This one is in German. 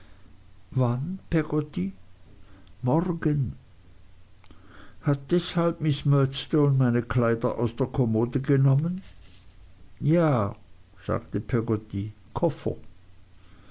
wann peggotty morgen hat deshalb miß murdstone meine kleider aus der kommode genommen ja sagte peggotty koffer